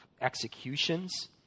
executions